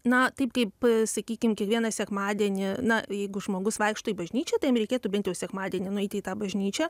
na taip kaip sakykim kiekvieną sekmadienį na jeigu žmogus vaikšto į bažnyčią tai jam reikėtų bent jau sekmadienį nueiti į tą bažnyčią